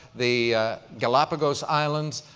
the galapagos islands,